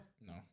No